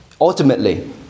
Ultimately